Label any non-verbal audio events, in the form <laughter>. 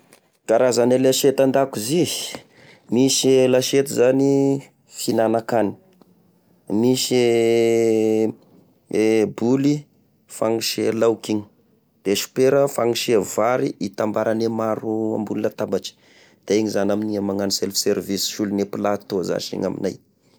Karazane lasety andakozy: misy e lasety zany fihinan-kany, misy <hesitation> e boly fagnisie laoky igny, de sopera fagnisie vary itambarany e maro ambony latabatry, de igny zany amin'igny magnano self service, solon'gne plateau zasy igny aminay.